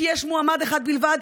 כי יש מועמד אחד בלבד,